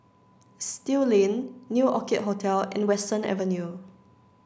Still Lane New Orchid Hotel and Western Avenue